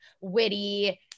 witty